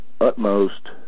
utmost